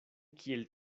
kiel